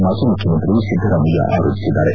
ಮಾಜಿ ಮುಖ್ಖಮಂತ್ರಿ ಸಿದ್ದರಾಮಯ್ಲ ಆರೋಪಿಸಿದ್ದಾರೆ